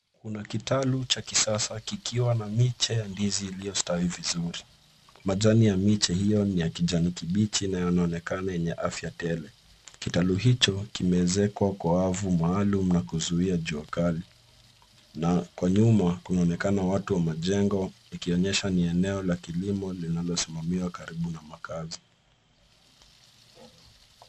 Kuna kitalu cha kisasa, kikiwa na miche ya ndizi iliyostawi vizuri. Majani ya miche hiyo ni ya kijani kibichi na yanaonekana yenye afya tele. Kitalu hicho kimeezekwa kwa wavu maalum na kuzuiya jua kali, na kwa nyuma kunaonekana watu wa majengo, ikionyesha ni eneo la kilimo linalo simamiwa karibu na makaazi.